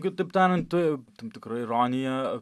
kitaip tariant tam tikra ironija